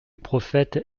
prophète